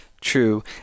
True